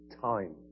time